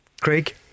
Craig